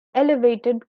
elevated